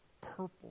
purple